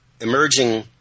emerging